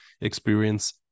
experience